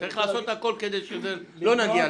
צריך לעשות הכול כדי שלא נגיע לשם.